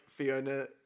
Fiona